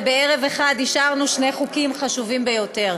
ובערב אחד אישרנו שני חוקים חשובים ביותר.